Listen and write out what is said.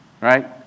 Right